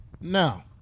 Now